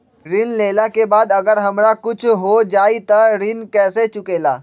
ऋण लेला के बाद अगर हमरा कुछ हो जाइ त ऋण कैसे चुकेला?